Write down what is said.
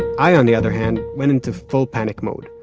i, on the other hand, went into full panic mode.